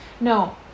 No